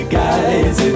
guys